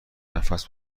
نفس